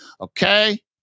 Okay